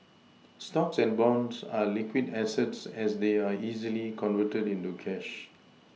stocks and bonds are liquid assets as they are easily converted into cash